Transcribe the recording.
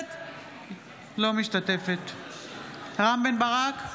משתתפת בהצבעה רם בן ברק,